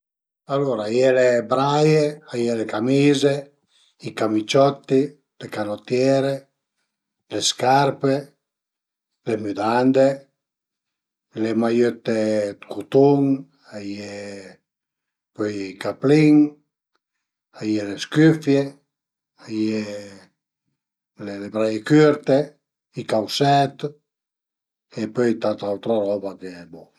Alura a ie le braie, a ie le camize, i camiciotti, le canottiere, le scarpe, le müdande, le maiëtte dë cutun, a ie pöi i caplin, a ie le scüfie, a ie le braie cürte, i causèt e pöi tanta autra roba che bo